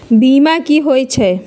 बीमा कि होई छई?